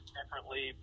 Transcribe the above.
differently